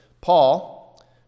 Paul